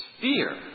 fear